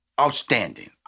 outstanding